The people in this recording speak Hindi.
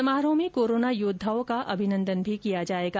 समारोह में कोरोना योद्दाओं का अभिनंदन भी किया जाएगा